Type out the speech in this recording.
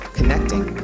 Connecting